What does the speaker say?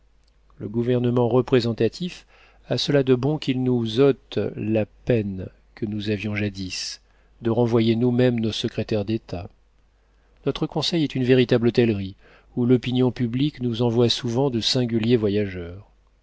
le gouvernement représentatif a cela de bon qu'il nous ôte la peine que nous avions jadis de renvoyer nous-mêmes nos secrétaires d'état notre conseil est une véritable hôtellerie où l'opinion publique nous envoie souvent de singuliers voyageurs